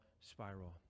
spiral